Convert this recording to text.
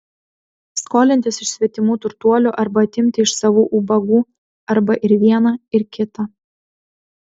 skolintis iš svetimų turtuolių arba atimti iš savų ubagų arba ir viena ir kita